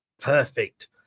Perfect